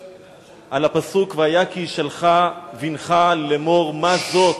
מלובביץ' על הפסוק: והיה כי ישאלך בנך לאמור מה זאת.